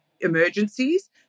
emergencies